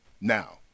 Now